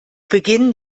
beginn